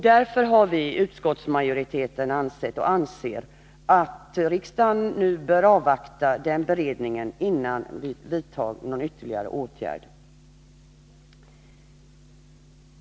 Därför anser utskottsmajoriteten att riksdagen nu bör avvakta den beredningen, innan det vidtas någon ytterligare åtgärd.